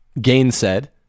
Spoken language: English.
gainsaid